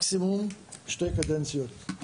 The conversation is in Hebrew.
מקסימום שתי קדנציות.